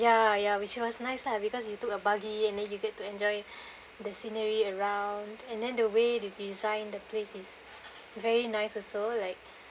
ya ya which was nice lah because you took a buggy and then you get to enjoy the scenery around and then the way they design the place is very nice also like